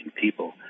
people